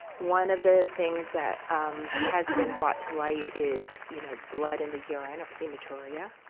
one of the things that has been brought to light is, you know, blood in the urine, or hematuria,